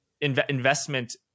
investment